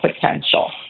potential